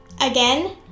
Again